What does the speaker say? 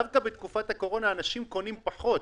דווקא בתקופת הקורונה אנשים קונים פחות.